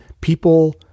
people